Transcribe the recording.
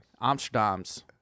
Amsterdam's